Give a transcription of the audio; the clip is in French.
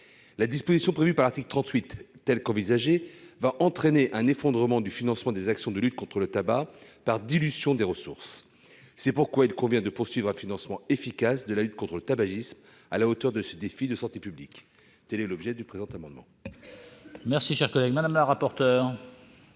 la disposition prévue par l'article 38 va entraîner un effondrement du financement des actions de lutte contre le tabac par dilution des ressources. C'est pourquoi il convient de poursuivre un financement efficace de la lutte contre le tabagisme, à la hauteur de ce défi de santé publique. Tel est l'objet du présent amendement.